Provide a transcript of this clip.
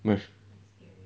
my